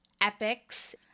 epics